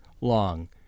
long